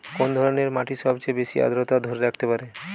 কোন ধরনের মাটি সবচেয়ে বেশি আর্দ্রতা ধরে রাখতে পারে?